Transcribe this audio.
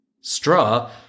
Straw